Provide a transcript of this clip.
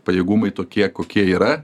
pajėgumai tokie kokie yra